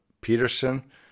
Peterson